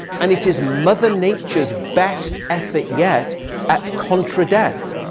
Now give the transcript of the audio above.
and it is mother nature's best effort yet at contra-death.